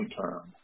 term